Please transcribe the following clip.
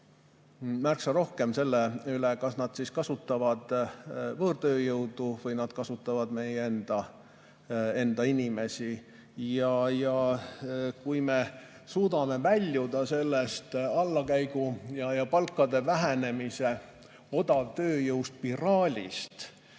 märksa rohkem selle üle, kas nad kasutavad võõrtööjõudu või nad kasutavad meie enda inimesi. Kui me suudame sellest allakäigu ja palkade vähenemise, odavtööjõu spiraalist